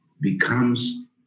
becomes